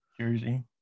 Jersey